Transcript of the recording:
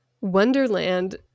Wonderland